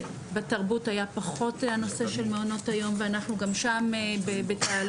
בתרבות היה פחות הנושא של מעונות היום ואנחנו גם שם בתהליך.